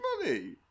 money